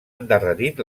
endarrerit